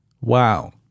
Wow